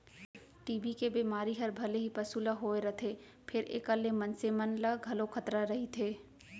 TB के बेमारी हर भले ही पसु ल होए रथे फेर एकर ले मनसे मन ल घलौ खतरा रइथे